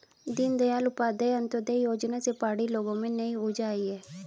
दीनदयाल उपाध्याय अंत्योदय योजना से पहाड़ी लोगों में नई ऊर्जा आई है